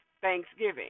Thanksgiving